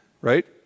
right